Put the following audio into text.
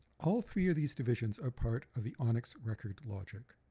all three of these divisions are part of the onix record logic.